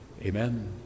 amen